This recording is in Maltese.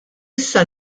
issa